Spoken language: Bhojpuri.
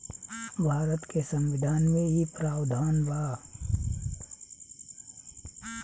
भारत के संविधान में इ प्रावधान बा